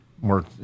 more